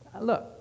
Look